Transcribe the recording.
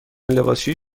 لباسشویی